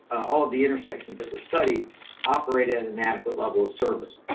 all of the intersections that were studied operated at an adequate level of service.